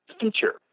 feature